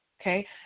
Okay